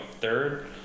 third